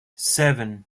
seven